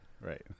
Right